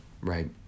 right